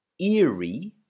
eerie